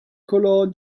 collar